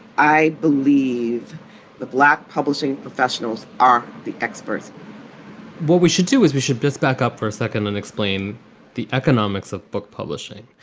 i believe the black publishing professionals are the experts what we should do is we should just back up for a second and explain the economics of book publishing.